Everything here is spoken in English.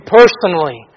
personally